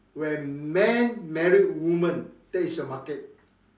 when man married woman that is your market